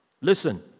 listen